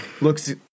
Looks